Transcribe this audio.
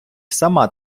сама